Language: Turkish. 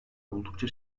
oldukça